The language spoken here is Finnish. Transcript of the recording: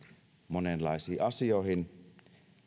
monenlaisiin asioihin